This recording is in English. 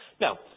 Now